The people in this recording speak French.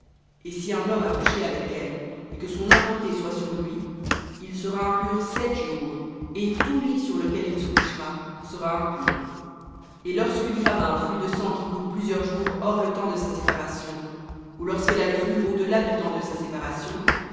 et si un homme a couché avec elle et que son impureté soit sur lui il sera impur sept jours et tout lit sur lequel il se couchera sera impur et lorsqu'une femme a un flux de sang qui coule plusieurs jours hors le temps de sa séparation ou lorsqu'elle a le flux au delà du temps de sa séparation